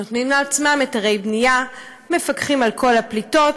נותנים לעצמם היתרי בנייה, מפקחים על כל הפליטות,